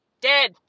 Dead